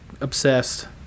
obsessed